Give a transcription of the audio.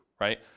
right